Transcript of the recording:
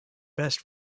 best